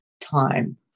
time